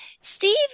Steve